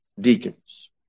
deacons